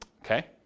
Okay